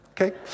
Okay